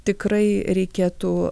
tikrai reikėtų